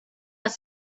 out